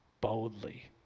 boldly